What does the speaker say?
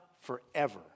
forever